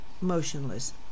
motionless